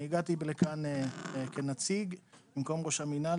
אני הגעתי לכאן כנציג במקום ראש המינהל